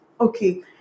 Okay